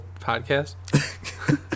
podcast